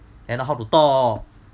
end up how to talk